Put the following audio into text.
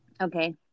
Okay